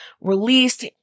released